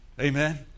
Amen